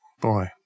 boy